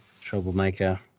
troublemaker